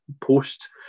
post